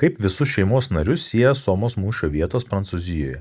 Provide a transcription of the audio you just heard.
kaip visus šeimos narius sieja somos mūšio vietos prancūzijoje